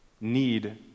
need